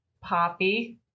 Poppy